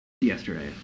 yesterday